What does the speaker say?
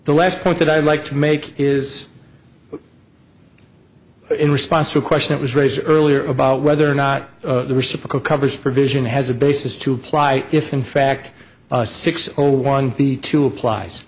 the last point that i'd like to make is in response to a question it was raised earlier about whether or not the reciprocal coverage provision has a basis to apply if in fact six zero one the two applies